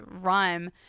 Rhyme